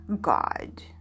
god